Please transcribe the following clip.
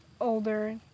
older